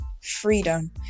freedom